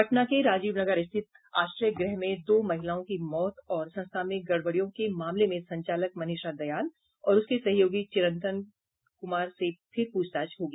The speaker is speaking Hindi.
पटना के राजीव नगर स्थित आश्रय गृह में दो महिलाओं की मौत और संस्था में गड़बड़ियों के मामले में संचालक मनीषा दयाल और उसके सहयोगी चिरंतन कुमार से फिर पूछताछ होगी